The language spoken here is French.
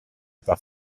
par